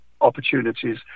opportunities